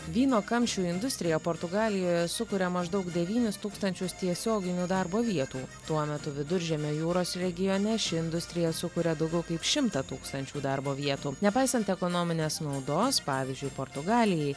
vyno kamščių industrija portugalijoje sukuria maždaug devynis tūkstančius tiesioginių darbo vietų tuo metu viduržemio jūros regione ši industrija sukuria daugiau kaip šimtą tūkstančių darbo vietų nepaisant ekonominės naudos pavyzdžiui portugalijai